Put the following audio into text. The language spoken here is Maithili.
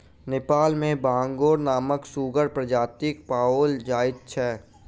नेपाल मे बांगुर नामक सुगरक प्रजाति पाओल जाइत छै